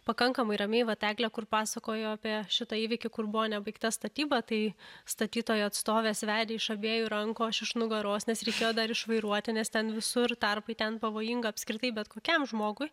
pakankamai ramiai vat eglė kur pasakojo apie šitą įvykį kur buvo nebaigta statyba tai statytojų atstovės vedė iš abiejų rankų aš iš nugaros nes reikėjo dar išvairuoti nes ten visur tarpai ten pavojinga apskritai bet kokiam žmogui